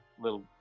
little